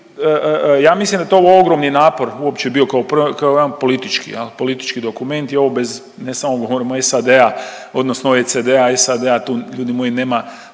ja mislim da je to ogromni napor uopće bio kao prvo, kao jedan politički jel, politički dokument i ovo bez ne samo govorimo SAD-a odnosno OECD-a, SAD-a, tu ljudi moji nema,